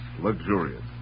luxurious